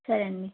సరే అండి